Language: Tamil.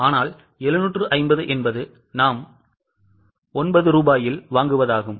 ஆனால் 750 என்பது நாம் 9 ரூபாயில் வாங்குவதாகும்